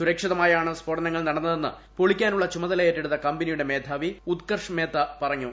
സുരക്ഷിതമായാണ് സ്ഫോടനങ്ങൾ നടന്നതെന്ന് പൊളിക്കാനുള്ള ചുമതല ഏറ്റെടുത്ത കമ്പനിയുടെ മേധാവി ഉത്കർഷ് മേത്തെ പറഞ്ഞു